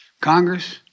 Congress